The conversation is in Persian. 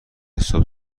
صبح